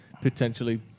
potentially